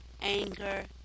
anger